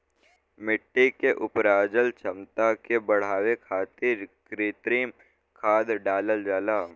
मट्टी के उपराजल क्षमता के बढ़ावे खातिर कृत्रिम खाद डालल जाला